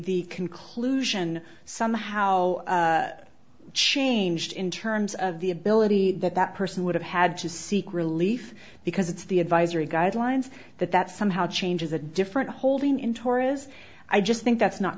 the conclusion somehow changed in terms of the ability that that person would have had to seek relief because it's the advisory guidelines that that somehow change is a different holding in tora's i just think that's not